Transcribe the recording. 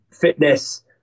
fitness